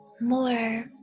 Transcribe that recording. more